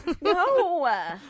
No